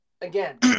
again